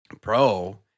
pro